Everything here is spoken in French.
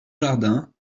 jardin